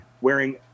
wearing